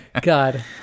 god